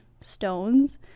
stones